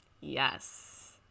yes